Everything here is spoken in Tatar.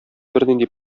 бернинди